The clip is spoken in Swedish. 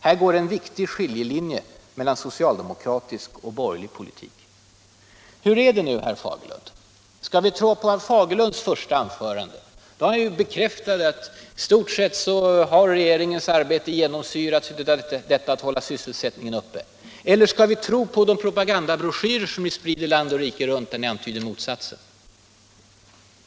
Här går en viktig skiljelinje mellan socialdemokratisk och borgerlig politik.” Hur är det nu, herr Fagerlund? Skall vi tro på herr Fagerlunds första anförande, där han bekräftade att i stort sett har regeringens arbete genomsyrats av en önskan att hålla sysselsättningen uppe? Eller skall vi tro på de propagandabroschyrer som ni sprider land och rike runt och där ni antyder motsatsen?